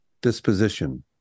disposition